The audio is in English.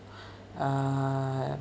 err